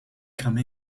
come